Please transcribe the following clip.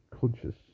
conscious